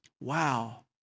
Wow